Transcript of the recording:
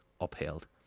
upheld